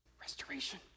Restoration